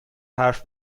حرف